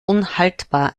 unhaltbar